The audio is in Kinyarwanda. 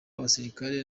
abasirikare